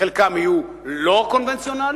חלקם יהיו לא קונבנציונליים,